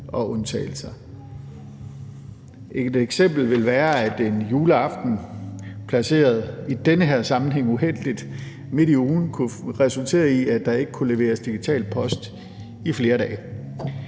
og undtagelser. Et eksempel vil være, at en juleaften placeret i den her sammenhæng uheldigt midt i ugen kunne resultere i, at der ikke kunne leveres digital post i flere dage.